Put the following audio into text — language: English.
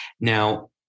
Now